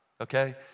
Okay